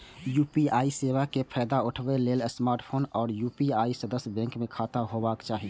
UPI सेवा के फायदा उठबै लेल स्मार्टफोन आ यू.पी.आई सदस्य बैंक मे खाता होबाक चाही